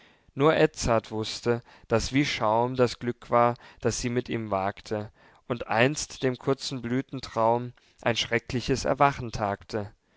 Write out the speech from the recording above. nur edzard wußte daß wie schaum das glück war das sie mit ihm wagte und einst dem kurzen blüthentraum ein schreckliches erwachen